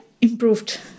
improved